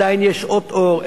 עדיין יש שעות אור,